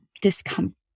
discomfort